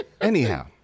Anyhow